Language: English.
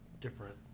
different